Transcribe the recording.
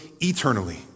eternally